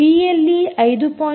BLE 5